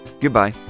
Goodbye